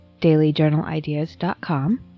dailyjournalideas.com